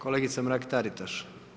Kolegica Mrak Taritaš.